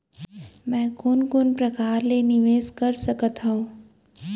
मैं कोन कोन प्रकार ले निवेश कर सकत हओं?